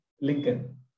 Lincoln